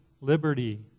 liberty